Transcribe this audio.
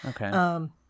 okay